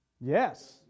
Yes